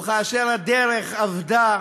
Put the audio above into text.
וכאשר הדרך אבדה,